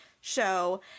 show